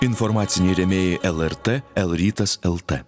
informaciniai rėmėjai lrt el rytas lt